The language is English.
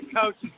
coach